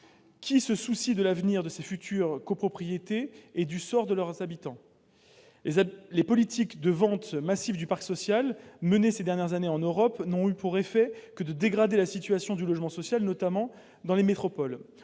Qui se soucie de l'avenir de ces futures copropriétés et du sort de leurs habitants ? Les politiques de vente massive du parc social menées ces dernières années en Europe n'ont eu pour effet que de dégrader la situation du logement social, notamment dans les métropoles.